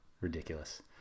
Ridiculous